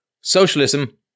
socialism